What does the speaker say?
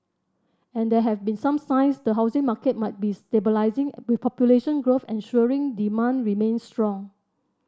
and there have been some signs the housing market might be stabilising with population growth ensuring demand remains strong